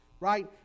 Right